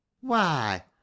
why